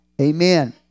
Amen